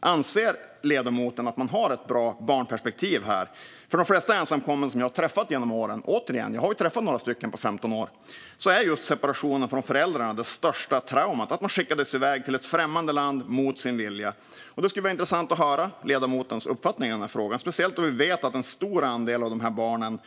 Anser ledamoten att man har ett bra barnperspektiv här? För de flesta ensamkommande som jag har träffat genom åren - och jag har, återigen, träffat några stycken på 15 år - är separationen från föräldrarna det största traumat. De skickades iväg till ett främmande land mot sin vilja. Det skulle vara intressant att höra ledamotens uppfattning i den här frågan, speciellt då vi vet att en stor andel av dessa barn